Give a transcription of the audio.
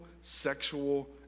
sexual